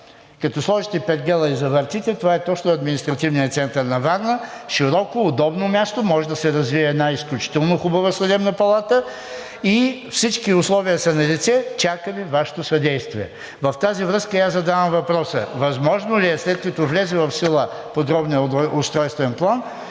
Като сложите пергела и завъртите, това е точно административният център на Варна – широко, удобно място, може да се развие една изключително хубава съдебна палата, и всички условия са налице. Чакаме Вашето съдействие. В тази връзка и аз задавам въпроса: възможно ли е, след като влезе в сила Подробният устройствен план,